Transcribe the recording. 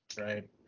right